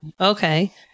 Okay